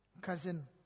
cousin